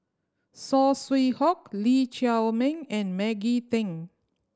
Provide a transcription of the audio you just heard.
Saw Swee Hock Lee Chiaw Meng and Maggie Teng